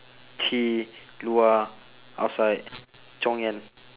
去 luar outside 抽烟